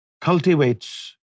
cultivates